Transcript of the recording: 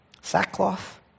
Sackcloth